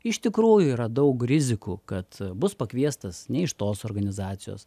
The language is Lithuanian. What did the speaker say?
iš tikrųjų yra daug rizikų kad bus pakviestas ne iš tos organizacijos